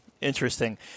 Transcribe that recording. interesting